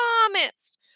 promised